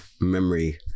memory